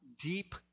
deep